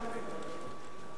את הפסדת הרבה נואמים.